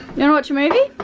wanna watch a movie?